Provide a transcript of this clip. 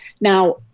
Now